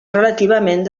relativament